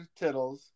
Tittles